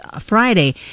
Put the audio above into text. Friday